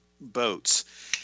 boats